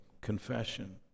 confession